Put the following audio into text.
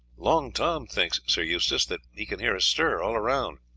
long tom thinks, sir eustace, that he can hear a stir all round.